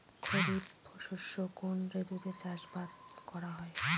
খরিফ শস্য কোন ঋতুতে চাষাবাদ করা হয়?